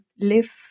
live